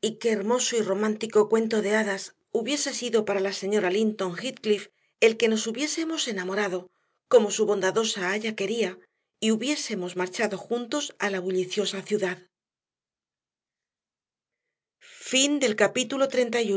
y qué hermoso y romántico cuento de hadas hubiese sido para la señora linton heathcliff el que nos hubiésemos enamorado como su bondadosa aya quería y hubiésemos marchado juntos a la bulliciosa ciudad capítulo treinta y